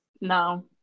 No